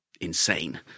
insane